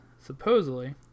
supposedly